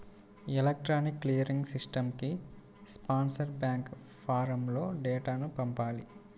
electronic clearing సిస్టమ్కి sponsor bank ఫారమ్లో డేటాను పంపాలి